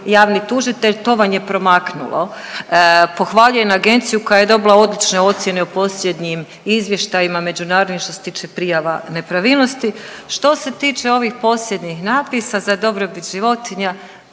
javni tužitelj, to vam je promaknulo. Pohvaljujem agenciju koja je dobila odlične ocjene u posljednjim izvještajima međunarodnim što se tiče prijava nepravilnosti. Što se tiče ovih posljednjih natpisa za dobrobit životinja